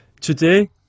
Today